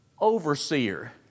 Overseer